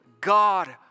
God